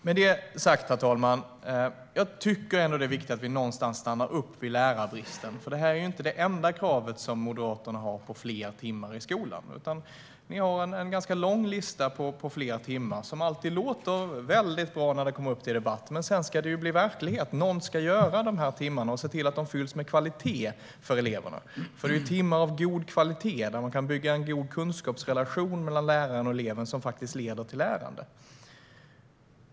Med detta sagt, herr talman, tycker jag att det är viktigt att vi stannar upp vid lärarbristen. Moderaternas krav på fler timmar i skolan gäller mer än detta. De har en ganska lång lista på fler timmar som alltid låter bra när det kommer upp i debatten, men sedan ska det ju bli verklighet. Någon ska ta dessa timmar och se till att de fylls med kvalitet för eleverna. Det är timmar med god kvalitet, där man kan bygga en god kunskapsrelation mellan läraren och eleven, som leder till lärande.